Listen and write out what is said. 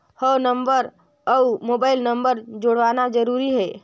हव नंबर अउ mobile number जोड़ना जरूरी हे?